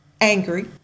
angry